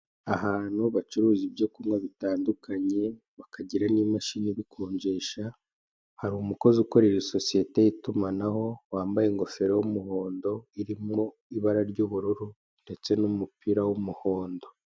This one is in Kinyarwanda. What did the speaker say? Ahantu bacuruza ibyo kunywa bitandukanye, bakagira n'imashini ibikonjesha, hari umukozi ukorera sosiyete y'itumanaho wambaye ingofero y'umuhondo irimo ibara ry'ubururu ndetse n'umupira w'umuhondo.